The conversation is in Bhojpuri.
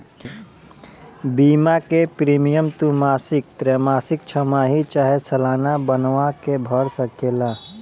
बीमा के प्रीमियम तू मासिक, त्रैमासिक, छमाही चाहे सलाना बनवा के भर सकेला